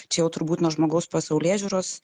čia jau turbūt nuo žmogaus pasaulėžiūros